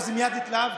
אז מייד התלהבתי,